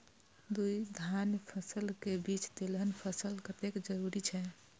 दू धान्य फसल के बीच तेलहन फसल कतेक जरूरी छे?